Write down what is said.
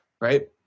Right